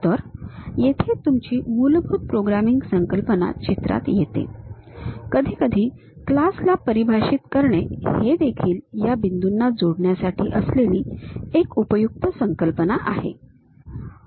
तर येथे तुमची मूलभूत प्रोग्रामिंग संकल्पना चित्रात येते कधीकधी क्लास ला परिभाषित करणे हे देखील या बिंदूंना जोडण्यासाठी असलेली एक उपयुक्त संकल्पना आहे